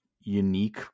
unique